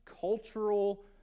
cultural